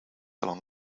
along